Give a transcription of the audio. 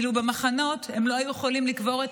ואילו במחנות הם לא היו יכולים לקבור את